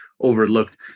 overlooked